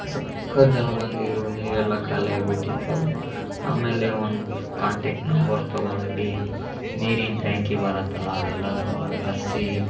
ಸಕ್ಕತ್ತು ಜನ ಬಂದಿದ್ದರು ನೀರೆಲ್ಲ ಖಾಲಿಯಾಗಿಬಿಟ್ಟಿತ್ತು ಆಮೇಲೆ ಒಂದು ಕಾಂಟ್ಯಾಕ್ಟ್ ನಂಬರ್ ತಗೊಂಡು ನೀರಿನ ಟ್ಯಾಂಕಿ ಬರುತ್ತಲ್ಲ ಅದೆಲ್ಲ ತೊ ತರಿಸಿ